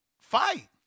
fight